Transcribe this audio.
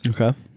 Okay